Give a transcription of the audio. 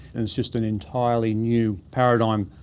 it's just an entirely new paradigm.